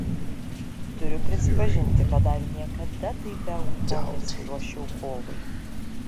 turiu prisipažinti kad dar niekada taip be ūpo nesiruošiau kovai